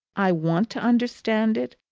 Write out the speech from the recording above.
i want to understand it,